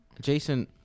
Jason